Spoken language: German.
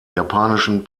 japanischen